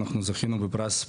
אנחנו זכינו בפרס,